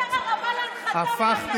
אין יותר הרמה להנחתה ממה שעשית.